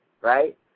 right